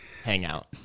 hangout